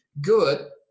good